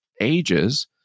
ages